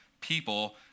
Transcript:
people